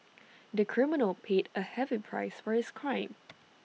the criminal paid A heavy price for his crime